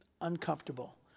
uncomfortable